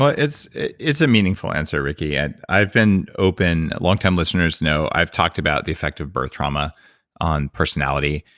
ah it's it's a meaningful answer, ricki. and i've been open, long-time listeners know, i've talked about the effect of birth trauma on personality.